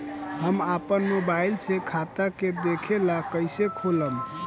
हम आपन मोबाइल से खाता के देखेला कइसे खोलम?